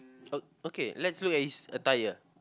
oh okay let's look at his attire